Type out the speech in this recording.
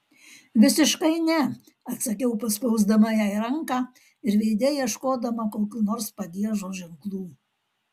visiškai ne atsakiau paspausdama jai ranką ir veide ieškodama kokių nors pagiežos ženklų